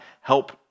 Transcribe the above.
help